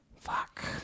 Fuck